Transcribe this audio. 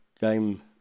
game